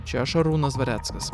čia šarūnas dvareckas